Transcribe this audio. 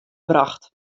brocht